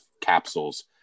capsules